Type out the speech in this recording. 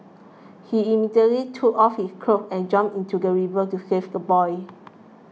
he immediately took off his clothes and jumped into the river to save the boy